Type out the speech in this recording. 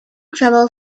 travel